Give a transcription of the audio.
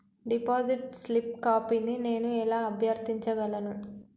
Deposit slip కాపీని నేను ఎలా అభ్యర్థించగలను?